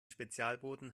spezialboden